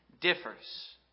differs